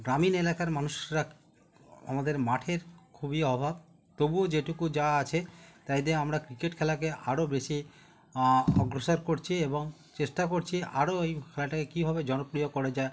গ্রামীণ এলাকার মানুষরা আমাদের মাঠের খুবই অভাব তবুও যেটুকু যা আছে তাই দিয়ে আমরা ক্রিকেট খেলাকে আরো বেশি অগ্রসর করছি এবং চেষ্টা করছি আরো এই খেলাটাকে কীভাবে জনপ্রিয় করা যায়